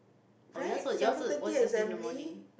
oh yours were yours were was yours in the morning